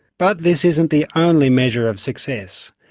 but this isn't the only measure of success.